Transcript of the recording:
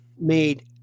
Made